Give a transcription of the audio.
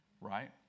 Right